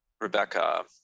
Rebecca